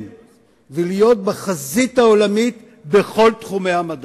ולהיות בחזית העולמית בכל תחומי המדע.